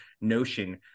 notion